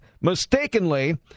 mistakenly